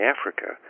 Africa